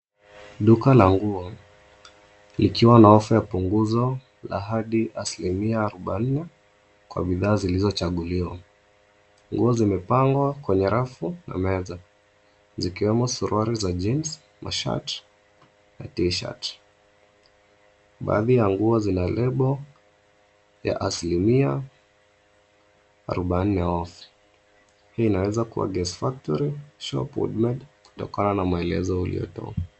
Duka la nguo likiwa na ofa ya punguzo ya hadi asilimia arubaini kwa bidhaa zilizochaguliwa. Nguo zimepangwa kwenye rafu na meza, zikiwemo suruali za jeans, shirt, t-shirt .